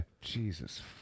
Jesus